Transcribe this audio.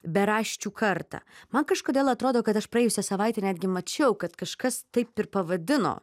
beraščių kartą man kažkodėl atrodo kad aš praėjusią savaitę netgi mačiau kad kažkas taip ir pavadino